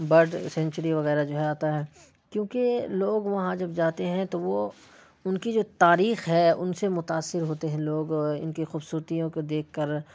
bird sanctuary وغیرہ جو ہے آتا ہے کیونکہ لوگ وہاں جب جاتے ہیں تو وہ ان کی جو تاریخ ہے ان سے متاثر ہوتے ہیں لوگ ان کی خوبصورتیوں کو دیکھ کر